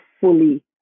fully